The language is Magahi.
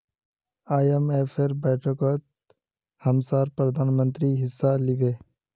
आईएमएफेर बैठकत हमसार प्रधानमंत्री हिस्सा लिबे